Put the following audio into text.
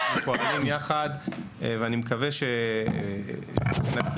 יש פה --- יחד ואני מקווה שנצליח,